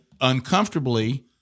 uncomfortably